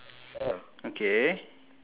okay